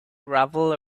gravel